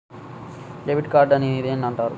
Debit card అని దేనిని అంటారు?